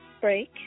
break